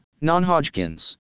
non-Hodgkin's